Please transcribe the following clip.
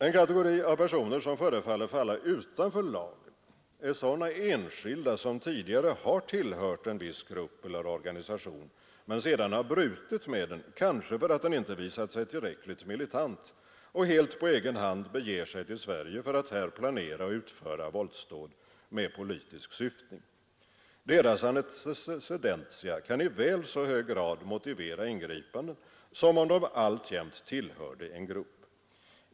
En kategori av personer som synes falla utanför lagen är sådana enskilda som tidigare har tillhört en viss grupp eller organisation men sedan har brutit med den, kanske för att den inte visat sig tillräckligt militant, och helt på egen hand beger sig till Sverige för att här planera och utföra våldsdåd med politisk syftning. Deras antecedentia kan i väl så hög grad motivera ingripanden som om de alltjämt tillhörde en grupp.